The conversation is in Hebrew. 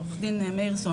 עורכת דין מאירסון,